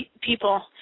people